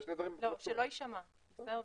שלא יישמע -- ברור,